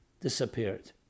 disappeared